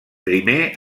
primer